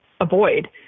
avoid